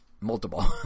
multiple